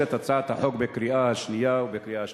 את הצעת החוק בקריאה שנייה ובקריאה שלישית.